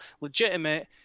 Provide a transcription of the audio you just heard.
legitimate